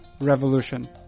revolution